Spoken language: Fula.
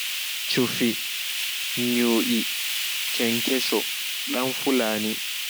Cufi nyu'e kenkeso danfulani